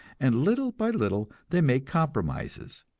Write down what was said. and little by little they make compromises,